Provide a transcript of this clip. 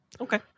Okay